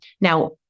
Now